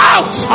Out